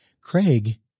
Craig